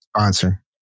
Answer